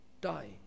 die